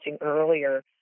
earlier